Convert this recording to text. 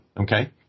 Okay